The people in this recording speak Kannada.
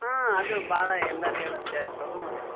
ಹಾಂ ಅದು ಭಾಳ ಎಲ್ಲರೂ ಹೇಳುತ್ತೆ ಅದ್ರ ಹ್ಞೂ ರೀ